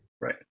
Right